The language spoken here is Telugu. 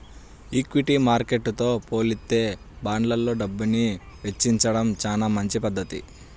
ఈక్విటీ మార్కెట్టుతో పోలిత్తే బాండ్లల్లో డబ్బుని వెచ్చించడం చానా మంచి పధ్ధతి